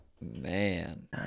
man